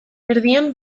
erdian